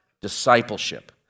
discipleship